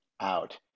out